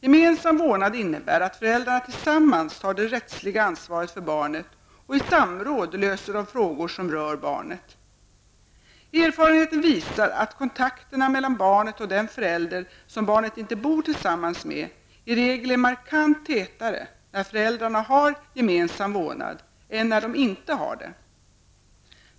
Gemensam vårdnad innebär att föräldrarna tillsammans tar det rättsliga ansvaret för barnet och i samråd löser de frågor som rör barnet. Erfarenheten visar att kontakterna mellan barnet och den förälder som barnet inte bor tillsammans med i regel är markant tätare när föräldrarna har gemensam vårdnad än när de inte har det.